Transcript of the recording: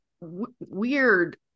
weird